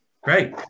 great